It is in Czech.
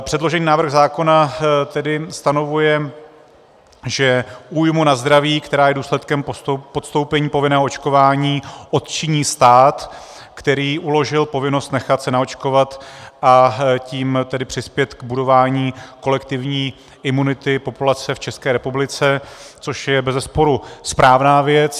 Předložený návrh zákona tedy stanovuje, že újmu na zdraví, která je důsledkem podstoupení povinného očkování, odčiní stát, který uložil povinnost nechat se naočkovat, a tím tedy přispět k budování kolektivní imunity populace v České republice, což je bezesporu správná věc.